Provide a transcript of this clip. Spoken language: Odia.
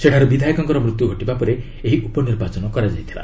ସେଠାର ବିଧାୟକଙ୍କ ମୃତ୍ୟୁ ପରେ ଏହି ଉପନିର୍ବାଚନ କରାଯାଇଥିଲା